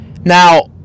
Now